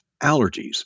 allergies